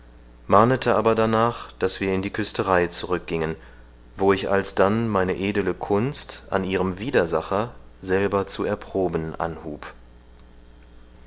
mahnete aber danach daß wir in die küsterei zurückgingen wo ich alsdann meine edle kunst an ihrem widersacher selber zu erproben anhub